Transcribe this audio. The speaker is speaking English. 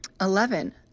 Eleven